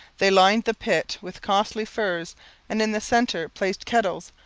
they lined the pit with costly furs and in the centre placed kettles,